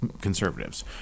conservatives